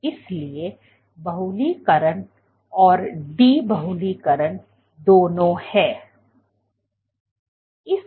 इसलिए बहुलीकरण और डी बहुलीकरण दोनों है